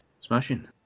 Smashing